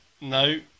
No